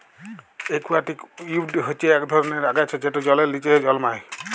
aquatic weed হচ্যে ইক ধরলের আগাছা যেট জলের লিচে জলমাই